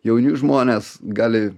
jauni žmonės gali